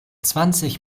zwanzig